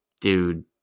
dude